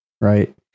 right